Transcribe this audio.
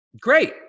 Great